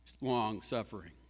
long-suffering